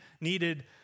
needed